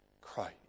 Christ